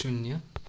शून्य